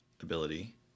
ability